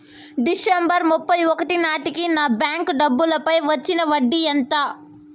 December ముప్పై ఒకటి నాటేకి నా బ్యాంకు డబ్బుల పై వచ్చిన వడ్డీ ఎంత?